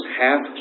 half